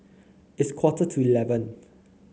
its quarter to eleven